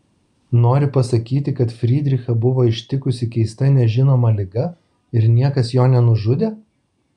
nori pasakyti kad frydrichą buvo ištikusi keista nežinoma liga ir niekas jo nenužudė